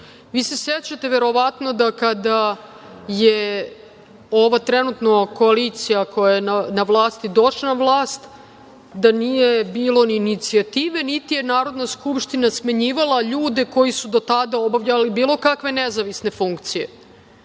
se, verovatno, kada je ova trenutna koalicija, koja je na vlasti, došla na vlast da nije bilo ni inicijative, niti je Narodna skupština smenjivala ljude koji su do tada obavljali bilo kakve nezavisne funkcije,